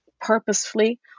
purposefully